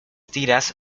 tiras